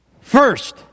First